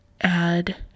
add